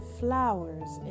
flowers